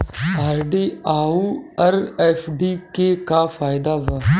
RD आउर FD के का फायदा बा?